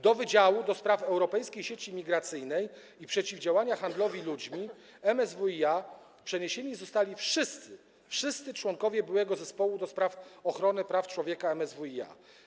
Do Wydziału do Spraw Europejskiej Sieci Migracyjnej i Przeciwdziałania Handlowi Ludźmi MSWiA przeniesieni zostali wszyscy członkowie byłego Zespołu do Spraw Ochrony Praw Człowieka MSWiA.